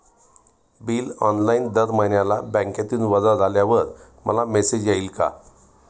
Bill online दर महिन्याला बँकेतून वजा झाल्यावर मला मेसेज येईल का?